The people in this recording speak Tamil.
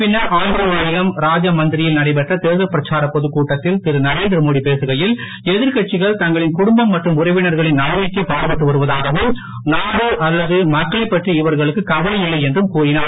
பின்னர் ஆந்திரமாநிலம் ராஜமந்திரியில் நடைபெற்ற தேர்தல் பிரச்சாரப் பொதுக் கூட்டத்தில் திரு நரேந்திரமோடி பேசுகையில் எதிர்கட்சிகள் தங்களின் குடும்பம் மற்றும் உறவினர்களின் நலனுக்கே பாடுபட்டு வருவதாகவும் நாடு அல்லது மக்களைப் பற்றி இவர்களுக்கு கவலை இல்லை என்றும் கூறினார்